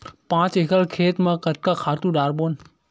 पांच एकड़ खेत म कतका खातु डारबोन?